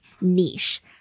niche